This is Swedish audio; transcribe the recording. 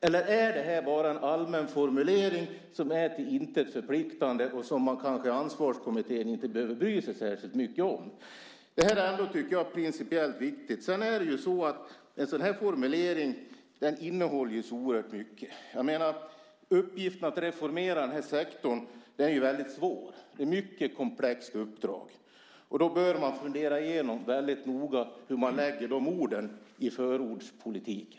Eller är det här bara en allmän formulering som är till intet förpliktande och som Ansvarskommittén kanske inte behöver bry sig så särskilt mycket om? Det här är ändå, tycker jag, principiellt viktigt. Sedan är det ju så att en sådan här formulering innehåller så oerhört mycket. Uppgiften att reformera den här sektorn är väldigt svår. Det är ett mycket komplext uppdrag. Då bör man fundera igenom väldigt noga hur man lägger orden i förordspolitiken.